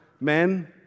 men